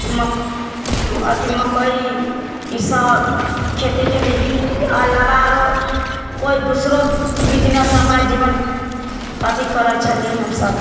अथी मकइ ई सब खेतीके जे अलावा आरो कोइ दुसरो बिजनेस अपना जीवन अथी करै छलिऐ हमसब